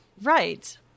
Right